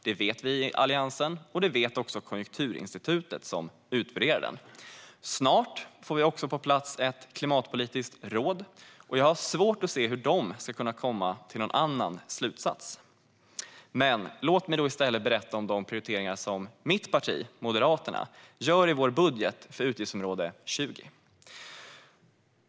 Det vet vi i Alliansen, och det vet även Konjunkturinstitutet, som utvärderar den. Snart får vi också på plats ett klimatpolitiskt råd, och jag har svårt att se hur detta råd ska kunna komma till någon annan slutsats. Men låt mig i stället berätta om de prioriteringar som mitt parti Moderaterna gör i budgetförslaget för utgiftsområde 20!